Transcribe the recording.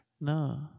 No